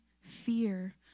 fear